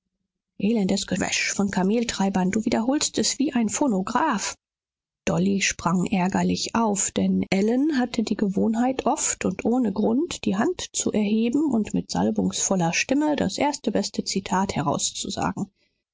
elendes gewäsch von kameltreibern du wiederholst es wie ein phonograph dolly sprang ärgerlich auf denn ellen hatte die gewohnheit oft und ohne grund die hand zu erheben und mit salbungsvoller stimme das erste beste zitat herzusagen